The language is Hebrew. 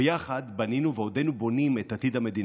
ויחד בנינו ועודנו בונים את עתיד המדינה.